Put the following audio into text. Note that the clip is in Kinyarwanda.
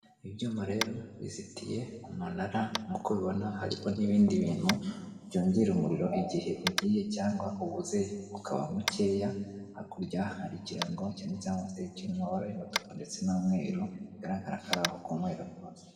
Ibyuma rero bizitiye umunara nk'uko ubibona hariho n'ibindi bintu byongera umuriro igihe ugiye cyangwa ubuze, ukaba mukeya, hakurya hari ikirango cyanditseho amusiteli kiri mu bara y'umutuku ndetse n'umweru, bigaragara ko ari aho kunywera rwose.